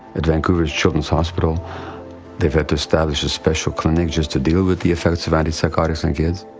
at vancouver's children's hospital they've had to establish a special clinic just to deal with the effects of antipsychotics in kids.